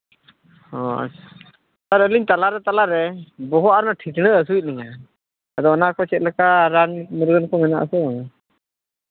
ᱦᱮᱸ ᱥᱮᱨ ᱟᱹᱞᱤᱧ ᱛᱟᱞᱟᱨᱮ ᱛᱟᱞᱟᱨᱮ ᱵᱚᱦᱚᱜ ᱟᱨ ᱚᱱᱟ ᱴᱷᱤᱴᱲᱟᱹᱜ ᱦᱟᱹᱥᱩᱭᱮᱫ ᱞᱤᱧᱟᱹ ᱟᱫᱚ ᱚᱱᱟ ᱠᱚ ᱪᱮᱫ ᱞᱮᱠᱟ ᱨᱟᱱ ᱢᱩᱨᱜᱟᱹᱱ ᱠᱚ ᱢᱮᱱᱟᱜ ᱟᱛᱚ